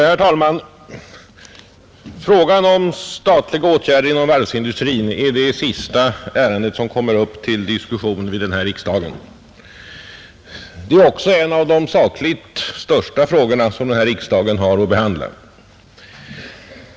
Herr talman! Frågan om statliga åtgärder inom varvsindustrin är det sista ärende som kommer upp till diskussion vid denna riksdags vårsession, Det är också en av de sakligt största frågorna som denna riksdag har att behandla.